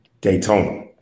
Daytona